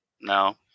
No